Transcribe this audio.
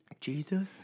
Jesus